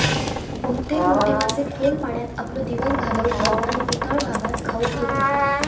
बहुतेक मोठे मासे खोल पाण्यात आपलो दिवस घालवतत आणि उथळ भागात खाऊक येतत